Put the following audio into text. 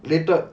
later